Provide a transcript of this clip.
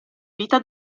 vita